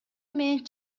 менен